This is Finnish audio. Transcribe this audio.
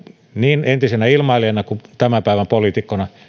niin entisenä ilmailijana kuin tämän päivän poliitikkona